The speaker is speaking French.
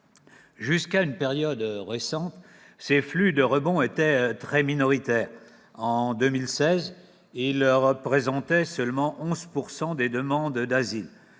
Jusqu'à une période récente, ces flux de rebond étaient très minoritaires : en 2016, ils représentaient seulement 11 % des demandes d'asile.